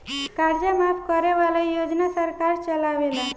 कर्जा माफ करे वाला योजना सरकार चलावेले